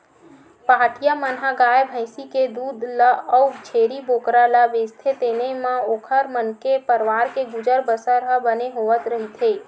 पहाटिया मन ह गाय भइसी के दूद ल अउ छेरी बोकरा ल बेचथे तेने म ओखर मन के परवार के गुजर बसर ह बने होवत रहिथे